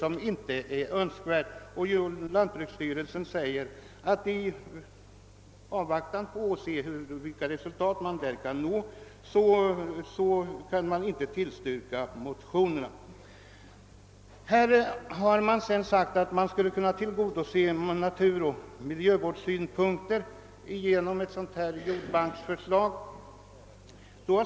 Lantbruksstyrelsen skriver också i sitt yttrande att en ändring inte bör vidtas förrän verkningarna av 1967 års jordbrukspolitiska program har prövats under en längre period. Vidare har sagts att man skulle tillgodose naturvårdsoch miljövårdssynpunkter genom ett jordbankssystem.